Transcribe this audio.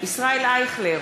ישראל אייכלר,